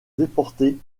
déportée